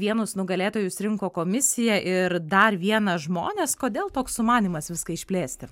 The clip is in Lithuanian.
vienus nugakėtojus rinko komisija ir dar vieną žmonės kodėl toks sumanymas viską išplėsti